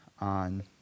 on